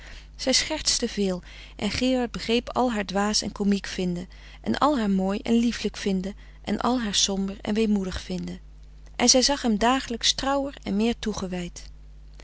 zij schertsten veel en gerard begreep al haar dwaas en komiek vinden en al haar mooi en lieflijk vinden en al haar somber en weemoedig vinden en zij zag hem dagelijks trouwer en meer toegewijd